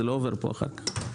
זה לא עובר פה אחר כך.